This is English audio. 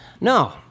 No